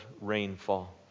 rainfall